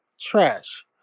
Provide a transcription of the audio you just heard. trash